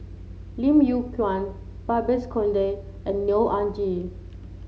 Lim Yew Kuan Babes Conde and Neo Anngee